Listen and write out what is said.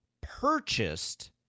purchased